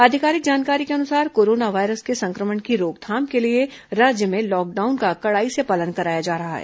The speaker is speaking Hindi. आधिकारिक जानकारी के अनुसार कोरोना वायरस के सं क्र मण की रोकथाम के लिए राज्य में लॉकडाउन का कड़ाई से पालन कराया जा रहा है